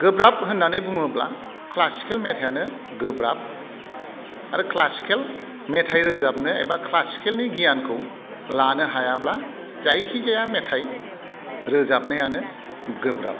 गोब्राब होननानै बुङोब्ला क्लासिकेल मेथाइआनो गोब्राब आरो क्लासिकेल मेथाइ रोजाबनो एबा क्लासिकेलनि गियानखौ लानो हायाब्ला जायखिजाया मेथाइ रोजाबनायानो गोब्राब